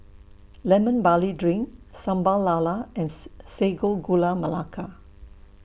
Lemon Barley Drink Sambal Lala and Sago Gula Melaka